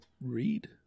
read